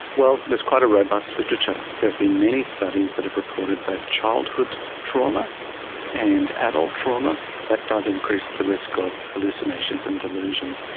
well, there's quite a robust literature. there have been many studies that have reported both childhood trauma and adult trauma that does increase the risk of hallucinations and delusions,